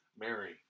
Mary